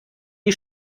die